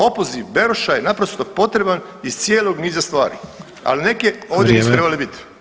Opoziv Beroša je naprosto potreban iz cijelog niza stvari ali neke od njih [[Upadica: Vrijeme.]] nisu trebale biti.